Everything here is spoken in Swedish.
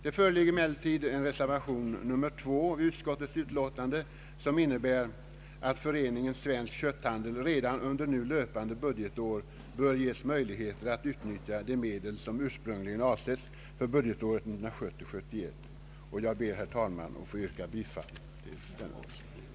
Det föreligger emellertid en reservation vid denna punkt, som innebär att föreningen Svensk kötthandel redan under nu löpande budgetår bör ges möjlighet att utnyttja de medel som ursprungligen avsetts för budgetåret 1970/71. Jag ber, herr talman, att få yrka bifall till reservationen.